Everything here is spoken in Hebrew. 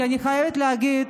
כי אני חייבת להגיד